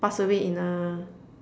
pass away in a